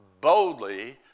boldly